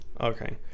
Okay